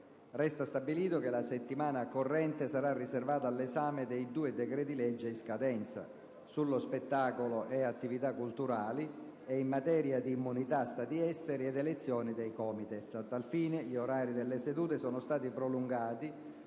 Resta stabilito che la settimana corrente sarà riservata all'esame dei due decreti-legge in scadenza: sullo spettacolo e attività culturali e in materia di immunità Stati esteri ed elezioni dei COMITES. A tal fine gli orari delle sedute sono stati prolungati